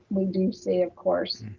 we do see, of course,